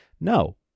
No